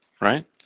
right